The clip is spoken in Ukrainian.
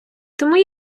тому